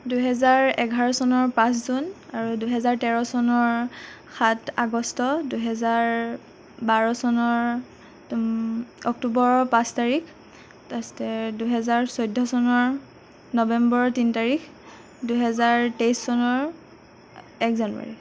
দুহেজাৰ এঘাৰ চনৰ পাঁচ জুন আৰু দুহেজাৰ তেৰ চনৰ সাত আগষ্ট দুহেজাৰ বাৰ চনৰ অক্টোবৰৰ পাঁচ তাৰিখ তাৰপিছতে দুহেজাৰ চৈধ্য চনৰ নৱেম্বৰৰ তিনি তাৰিখ দুহেজাৰ তেইছ চনৰ এক জানুৱাৰী